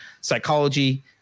psychology